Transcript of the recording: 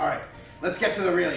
all right let's go to the real